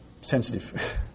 sensitive